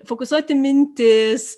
fokusuoti mintis